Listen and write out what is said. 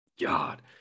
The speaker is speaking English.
god